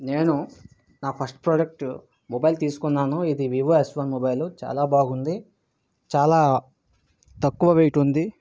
నేను నా first product mobile తీసుకున్నాను ఇది వివో ఎస్ వన్ మొబైల్ చాలా బాగుంది చాలా తక్కువ వెయిట్ ఉంది